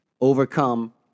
overcome